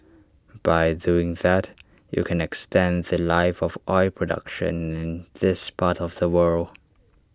by doing that you can extend The Life of oil production in this part of the world